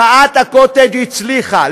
מחאת הקוטג' הצליחה,